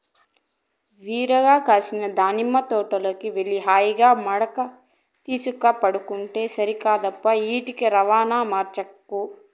విరగ కాసిన దానిమ్మ తోటలోకి వెళ్లి హాయిగా మడక తీసుక పండుకుంటే సరికాదప్పా ఈటి రవాణా మార్చకు